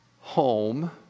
home